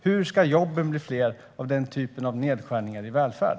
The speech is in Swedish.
Hur ska jobben bli fler av denna typ av nedskärningar i vår välfärd?